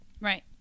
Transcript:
right